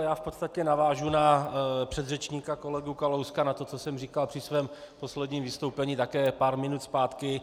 Já v podstatě navážu na předřečníka, na kolegu Kalouska, na to, co jsem říkal při svém posledním vystoupení také pár minut zpátky.